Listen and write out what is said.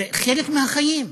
זה חלק מהחיים.